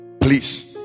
Please